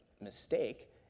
mistake